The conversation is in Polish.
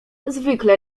zwykle